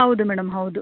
ಹೌದು ಮೇಡಮ್ ಹೌದು